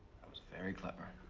i was very clever.